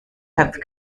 have